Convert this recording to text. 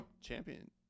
champion